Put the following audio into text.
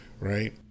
right